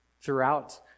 throughout